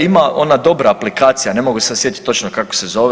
Ima ona dobra aplikacija, ne mogu se sjetiti točno kako se zove.